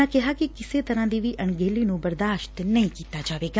ਉਨ੍ਹਾਂ ਕਿਹਾ ਕਿ ਕਿਸੇ ਤਰ੍ਹਾਂ ਦੀ ਅਣਗਹਿਲੀ ਨ੍ਠੰ ਬਰਦਾਸ਼ਤ ਨਹੀ ਕੀਤਾ ਜਾਵੇਗਾ